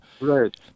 Right